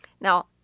Now